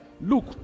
Look